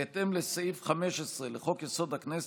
בהתאם לסעיף 15 לחוק-יסוד: הכנסת,